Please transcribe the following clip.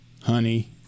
honey